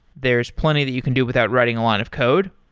there is plenty that you can do without writing a line of code,